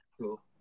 cool